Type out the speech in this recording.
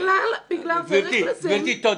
כי צריך לשים --- גברתי, תודה.